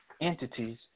entities